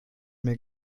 mehr